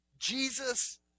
Jesus